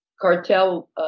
cartel